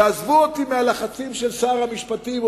ועזבו אותי מהלחצים של שר המשפטים,